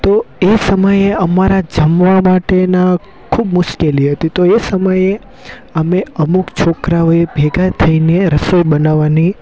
તો એ સમયે અમારા જમવા માટેના ખૂબ મુશ્કેલી હતી તો એ સમયે અમે અમુક છોકરાઓએ ભેગા થઈને રસોઈ બનાવાની